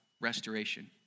restoration